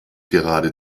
gerade